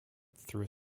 through